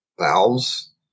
valves